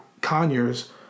Conyers